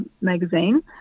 magazine